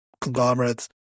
conglomerates